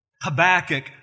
Habakkuk